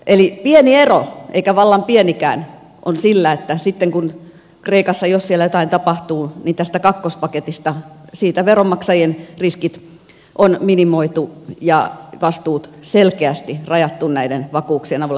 eli pieni ero eikä vallan pienikään on sillä että sitten jos kreikassa jotain tapahtuu tästä kakkospaketista veronmaksajien riskit on minimoitu ja vastuut selkeästi rajattu näiden vakuuksien avulla